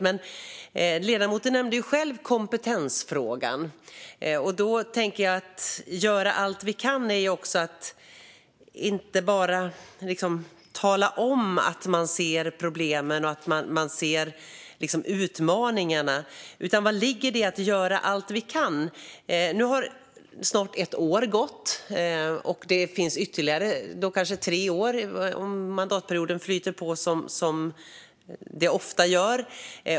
Men ledamoten nämnde själv kompetensfrågan, och då tänker jag att "göra allt vi kan" inte bara är att tala om att man ser problemen och utmaningarna. Vad ligger det i att "göra allt vi kan"? Nu har snart ett år gått, och man har ytterligare tre om mandatperioden flyter på som de ofta gör.